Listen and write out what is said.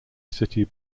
city